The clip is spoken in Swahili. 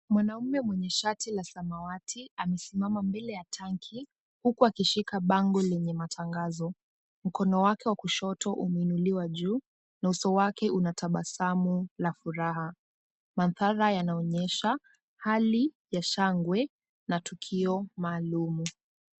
Mwanaume mwenye shati la samawati amesimama mbele ya tanki huku akishika bango lenye matangazo. Mkono wake wa kushoto umeinuliwa juu na uso wake unatabasamu la furaha. Mandhara yanaonyesha hali ya shangwe na tukio maalumu.